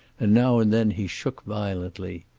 and now and then he shook violently.